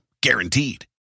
Guaranteed